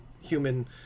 human